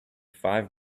five